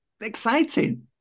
exciting